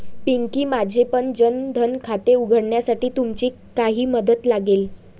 पिंकी, माझेपण जन धन खाते उघडण्यासाठी तुमची काही मदत लागेल